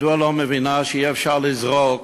מדוע לא מבינה שאי-אפשר לזרוק